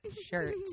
shirt